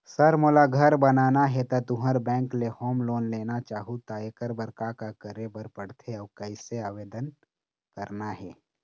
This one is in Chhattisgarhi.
सर मोला घर बनाना हे ता तुंहर बैंक ले होम लोन लेना चाहूँ ता एकर बर का का करे बर पड़थे अउ कइसे आवेदन करना हे?